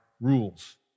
rules